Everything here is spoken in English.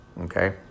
okay